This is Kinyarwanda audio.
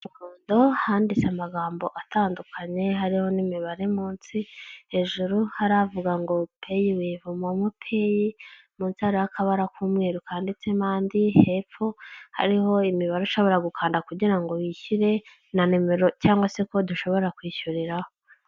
Mu muhundo handitse amagambo atandukanye harimo n'imibare munsi hejuru haravuga ngo pay wivemomote munsira y'akabara k'umweru ndetsetse n'andi hepfo hariho imibare ishobora gukanda kugirango ngo bishyire na nimero cyangwa se kode ushobora kwishyuriraho.